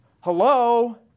hello